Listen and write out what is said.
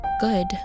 good